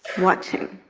watching.